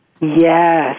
Yes